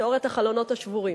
תיאוריית החלונות השבורים.